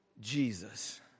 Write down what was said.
Jesus